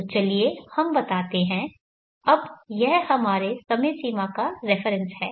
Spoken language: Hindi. तो चलिए हम बताते हैं अब यह हमारे समय सीमा का रेफरेन्स है